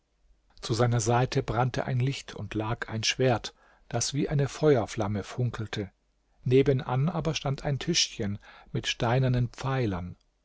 zu seiner seite brannte ein licht und lag ein schwert das wie eine feuerflamme funkelte nebenan aber stand ein tischchen mit steinernen pfeilern